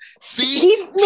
See